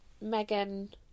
Megan